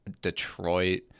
Detroit